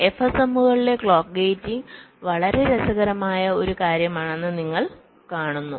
FSM കളിലെ clock gating വളരെ രസകരമായ ഒരു കാര്യമാണെന്ന് നിങ്ങൾ കാണുന്നു